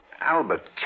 Albert